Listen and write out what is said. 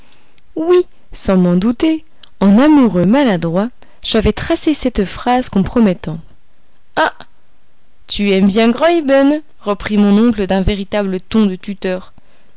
oui sans m'en douter en amoureux maladroit j'avais tracé cette phrase compromettante ah tu aimes graüben reprit mon oncle d'un véritable ton de tuteur